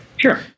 Sure